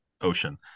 ocean